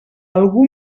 algú